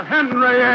Henry